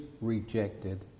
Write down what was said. rejected